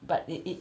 but they it